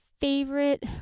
favorite